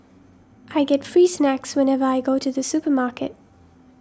I get free snacks whenever I go to the supermarket